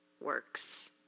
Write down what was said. works